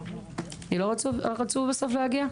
הם לא רצו להגיע?